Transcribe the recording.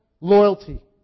loyalty